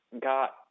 got